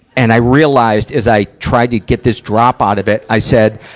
and i realized, as i tried to get this drop out of it, i said,